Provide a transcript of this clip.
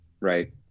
Right